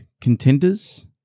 contenders